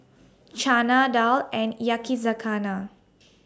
Chana Dal and Yakizakana